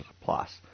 plus